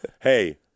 Hey